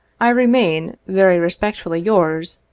i remain, very respectfully yours,